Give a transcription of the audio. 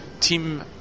team